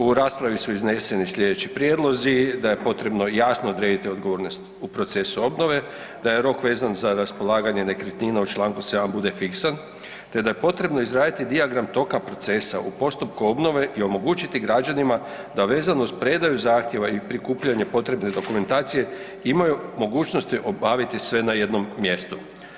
U raspravi su izneseni slijedeći prijedlozi, da je potrebno jasno odrediti odgovornost u procesu obnove, da je rok vezan za raspolaganje nekretnine u čl. 7. bude fiksan, te da je potrebno izraditi dijagram toka procesa u postupku obnove i omogućiti građanima da vezano uz predaju zahtjeva i prikupljanje potrebne dokumentacije imaju mogućnosti obaviti sve na jednome mjestu.